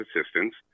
assistance